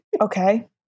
Okay